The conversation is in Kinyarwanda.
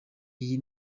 iyi